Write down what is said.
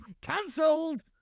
cancelled